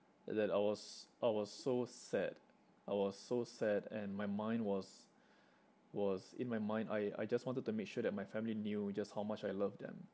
that I was I was so sad I was so sad and my mind was was in my mind I I just wanted to make sure that my family knew just how much I love them